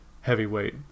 heavyweight